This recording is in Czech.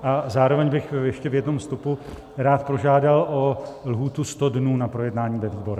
A zároveň bych ještě v jednom vstupu rád požádal o lhůtu 100 dnů na projednání ve výborech.